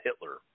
Hitler